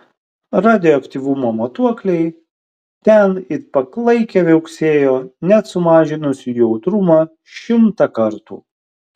radioaktyvumo matuokliai ten it paklaikę viauksėjo net sumažinus jų jautrumą šimtą kartų